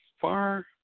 far